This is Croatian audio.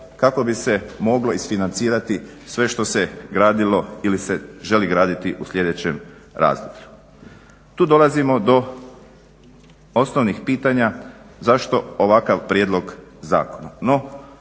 kako bi se moglo isfinancirati sve što se gradilo ili se želi graditi u sljedećem razdoblju. Tu dolazimo do osnovnih pitanja zašto ovakav prijedlog zakona?